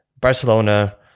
Barcelona